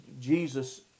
Jesus